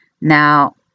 Now